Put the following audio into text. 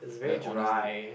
is very dry